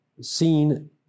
seen